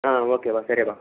okay బా సరే బా